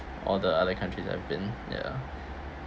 all the other countries I've been ya